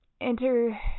enter